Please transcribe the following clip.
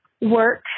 work